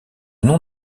nom